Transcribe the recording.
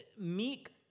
Meek